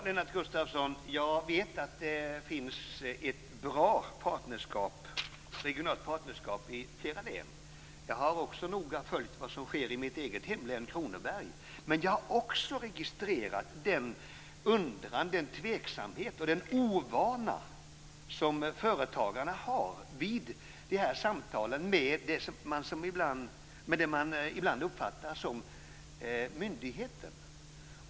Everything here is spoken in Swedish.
Herr talman! Jag vet att det finns ett bra regionalt partnerskap i flera län. Jag har också noga följt det som sker i mitt eget hemlän, Kronobergs län. Men jag har också registrerat den tveksamhet och den ovana som företagarna känner vid samtalen med det som de ibland uppfattar som myndighet.